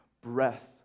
breath